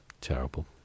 Terrible